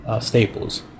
staples